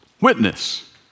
witness